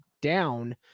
down